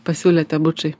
pasiūlėte bučai